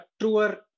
truer